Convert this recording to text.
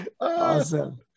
Awesome